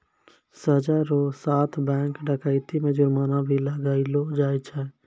सजा रो साथ बैंक डकैती मे जुर्माना भी लगैलो जाय छै